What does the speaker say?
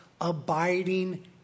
abiding